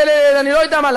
ואני לא יודע מה,